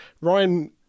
Ryan